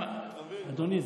אדוני,